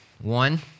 One